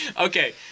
Okay